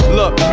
look